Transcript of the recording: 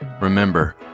Remember